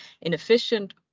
inefficient